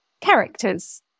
characters